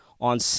on